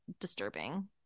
disturbing